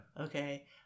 Okay